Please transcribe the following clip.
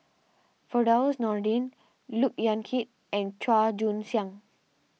Firdaus Nordin Look Yan Kit and Chua Joon Siang